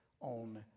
on